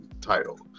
title